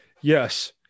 Yes